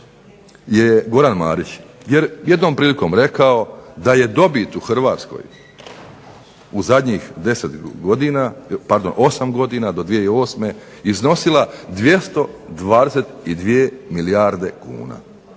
je Goran Marić je jednom prilikom rekao da je dobit u Hrvatskoj u zadnjih 8 godina do 2008. iznosila 222 milijarde kuna